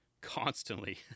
constantly